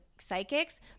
psychics